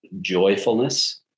joyfulness